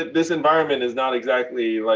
this environment is not exactly, like,